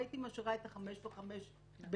הייתי משאירה את חמש השנים וחמש השנים